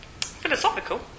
philosophical